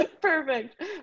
Perfect